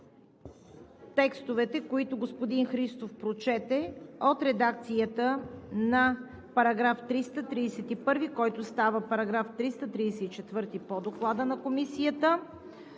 текстовете, които господин Христов прочете – от редакцията на § 331, който става § 334 по Доклада на Комисията,